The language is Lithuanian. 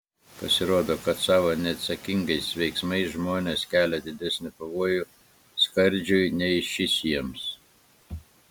pasirodo kad savo neatsakingais veiksmais žmonės kelia didesnį pavojų skardžiui nei šis jiems